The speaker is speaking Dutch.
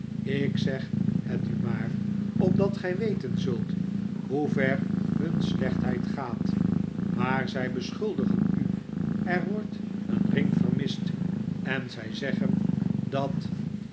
ik zeg het u maar opdat gij weten zult hoever hun slechtheid gaat maar zij beschuldigen u er wordt een ring vermist en zij zeggen dat